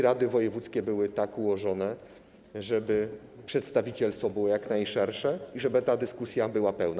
Rady wojewódzkie były tak ułożone, żeby przedstawicielstwo było jak najszersze i żeby ta dyskusja był pełna.